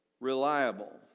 reliable